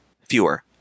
fewer